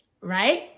Right